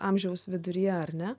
amžiaus viduryje ar ne